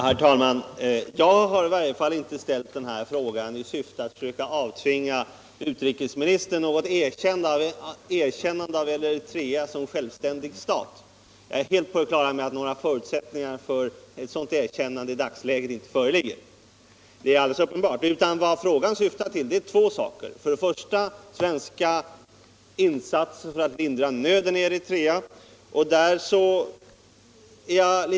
Herr talman! I varje fall jag har inte ställt frågan i syfte att söka avtvinga utrikesministern något erkännande av Eritrea som självständig stat. Jag är helt på det klara med att det i dagsläget inte föreligger några förutsättningar för ett sådant erkännande. Frågan syftar för det första till svenska insatser för att lindra nöden i Eritrea.